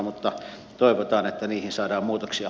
mutta toivotaan että niihin saadaan muutoksia